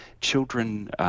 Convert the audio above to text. children